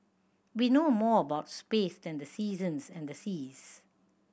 we know more about space than the seasons and the seas